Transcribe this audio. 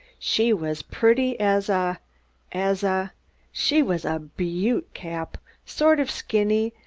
she was pretty as a as a she was a beaut, cap, sort of skinny,